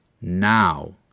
now